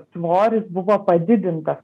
svoris buvo padidintas